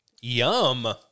Yum